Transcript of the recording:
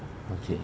okay